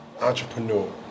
entrepreneur